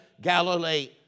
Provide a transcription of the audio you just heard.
Galilee